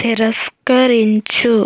తిరస్కరించు